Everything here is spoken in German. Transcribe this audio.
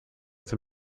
zum